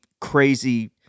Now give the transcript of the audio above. crazy